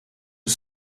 een